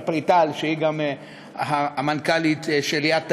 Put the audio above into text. בוודאי ליונה פריטל שהיא גם המנכ"לית של יד טבנקין,